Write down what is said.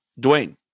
Dwayne